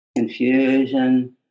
confusion